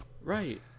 right